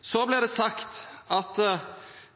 Så blir det sagt at